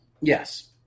yes